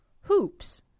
hoops